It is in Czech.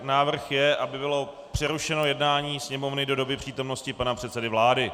Návrh je, aby bylo přerušeno jednání Sněmovny do doby přítomnosti pana předsedy vlády.